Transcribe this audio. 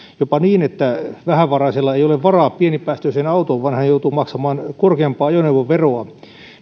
jopa niin että vähävaraisella ei ole varaa pienipäästöiseen autoon vaan hän joutuu maksamaan korkeampaa ajoneuvoveroa